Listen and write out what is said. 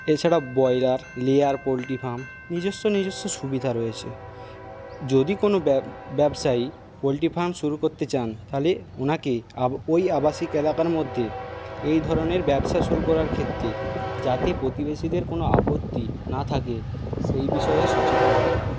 এছাড়া broiler layer poultry farm নিজস্ব নিজস্ব সুবিধা রয়েছে যদি কোন ব্যব ব্যবসায়ী পোলট্রি ফার্ম শুরু করতে চান তাহলে ওনাকে আব ওই আবাসিক এলাকার মধ্যে এই ধরণের ব্যবসা শুরু করার ক্ষেত্রে যাতে প্রতিবেশীদের কোন আপত্তি না থাকে সেই বিষয়ে সচেতন হতে হবে